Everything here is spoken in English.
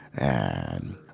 and,